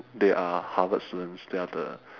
they are harvard students they are the